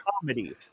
comedy